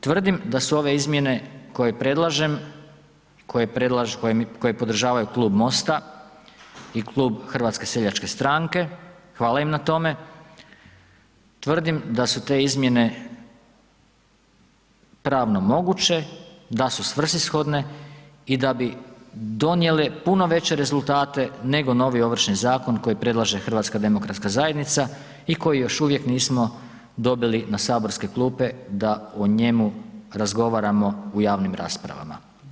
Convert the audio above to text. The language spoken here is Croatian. Tvrdim da su ove izmjene koje predlažem i koje podržavaju Klub MOST-a i Klub HSS-a, hvala im na tome, tvrdim da su te izmjene pravno moguće, da su svrsishodne i da bi donijele puno veće rezultate nego novi Ovršni zakon koji predlaže HDZ i koji još uvijek nismo dobili na saborske klupe da o njemu razgovaramo u javnim raspravama.